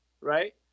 right